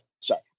Sorry